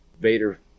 Vader